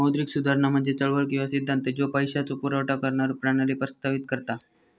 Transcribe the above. मौद्रिक सुधारणा म्हणजे चळवळ किंवा सिद्धांत ज्यो पैशाचो पुरवठा करणारो प्रणाली प्रस्तावित करता